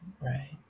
right